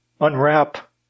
unwrap